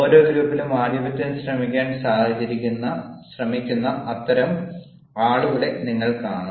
ഓരോ ഗ്രൂപ്പിലും ആധിപത്യം സ്ഥാപിക്കാൻ ശ്രമിക്കുന്ന അത്തരം ആളുകളെ നിങ്ങൾ കാണും